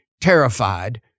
terrified